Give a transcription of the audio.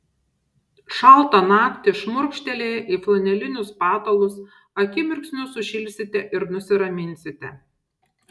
šaltą naktį šmurkštelėję į flanelinius patalus akimirksniu sušilsite ir nusiraminsite